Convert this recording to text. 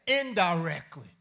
indirectly